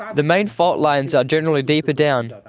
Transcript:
the main fault lines are generally deeper down.